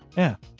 yeah.